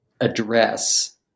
address